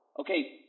Okay